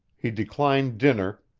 he declined dinner,